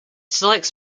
selects